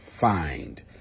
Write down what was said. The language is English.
find